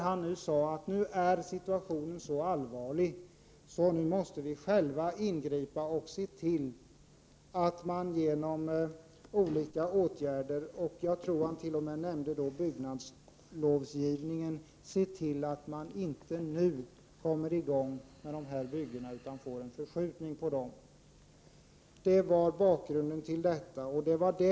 Han sade att situationen nu är så allvarlig att vi själva måste ingripa och genom olika åtgärder — jag tror t.o.m. han nämnde byggnadslovsgivningen — se till att man inte kommer i gång med de här byggena nu utan får en förskjutning av dem. Detta var bakgrunden.